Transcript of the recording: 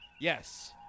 Yes